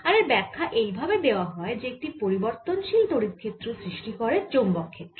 আর এর ব্যাখ্যা এই ভাবে দেওয়া হয় যে একটি পরিবর্তনশীল তড়িৎ ক্ষেত্র সৃষ্টি করে চৌম্বক ক্ষেত্র